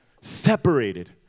Separated